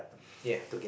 ya